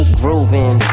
grooving